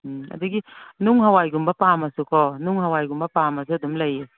ꯎꯝ ꯑꯗꯒꯤ ꯅꯨꯡ ꯍꯋꯥꯏꯒꯨꯝꯕ ꯄꯥꯝꯃꯁꯨꯀꯣ ꯅꯨꯡ ꯍꯥꯋꯥꯏꯒꯨꯝꯕ ꯄꯥꯝꯃꯁꯨ ꯑꯗꯨꯝ ꯂꯩꯌꯦ